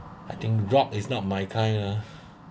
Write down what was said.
I think rock is not my kind ah